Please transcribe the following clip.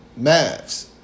Mavs